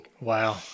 Wow